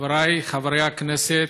חבריי חברי הכנסת,